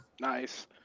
Nice